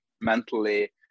mentally